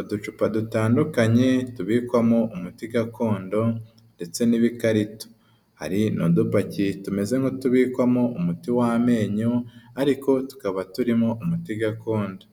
uducupa dutandukanye tubikwamo umuti gakondo ndetse n'ibikarito, hari n'udupakiye tumeze nk'utubikwamo umuti w'amenyo ariko tukaba turimo umuti gakondo.